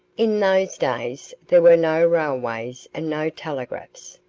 in those days there were no railways and no telegraphs.